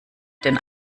den